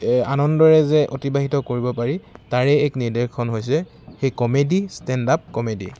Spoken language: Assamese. আনন্দৰে যে অতিবাহিত কৰিব পাৰি তাৰে এক নিদৰ্শন হৈছে সেই কমেডী ষ্টেণ্ড আপ কমেডী